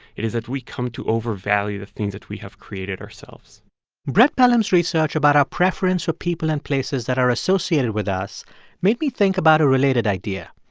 it is that we come to overvalue the things that we have created ourselves brett pelham's research about our preference for people and places that are associated with us made me think about a related idea.